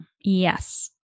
Yes